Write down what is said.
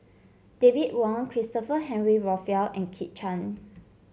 David Wong Christopher Henry Rothwell and Kit Chan